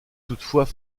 toutefois